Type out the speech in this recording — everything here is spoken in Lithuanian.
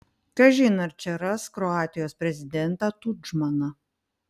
kažin ar čia ras kroatijos prezidentą tudžmaną